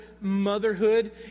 motherhood